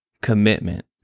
commitment